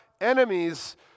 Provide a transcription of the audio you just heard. enemies